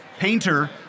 painter